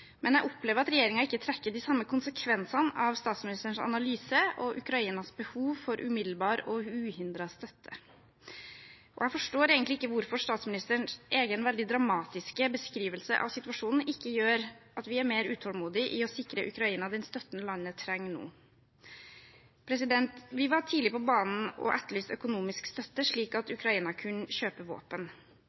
men jeg opplever at regjeringen ikke trekker de samme konsekvensene av statsministerens analyse og Ukrainas behov for umiddelbar og uhindret støtte. Jeg forstår egentlig ikke hvorfor statsministerens egen veldig dramatiske beskrivelse av situasjonen ikke gjør at vi er mer utålmodige etter å sikre Ukraina den støtten landet trenger nå. Vi var tidlig på banen og etterlyste økonomisk støtte, slik at Ukraina kunne kjøpe våpen.